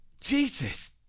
Jesus